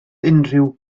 unrhyw